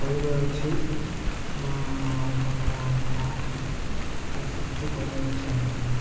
କହିବାର ଅଛି ଆମର କଣ କ'ଣ କ୍ୟାନସଲ ତ କରିବାର ଅଛି ଆମର